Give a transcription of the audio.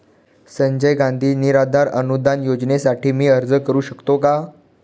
संजय गांधी निराधार अनुदान योजनेसाठी मी अर्ज करू शकतो का?